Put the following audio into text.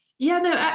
yeah,